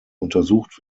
untersucht